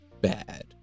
bad